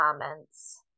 comments